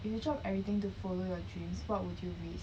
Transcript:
if you drop everything to follow your dreams what would you risk